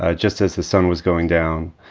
ah just as the sun was going down.